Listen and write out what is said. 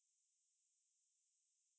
or two months